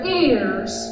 ears